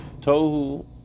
Tohu